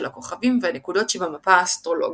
הכוכבים והנקודות שבמפה האסטרולוגית.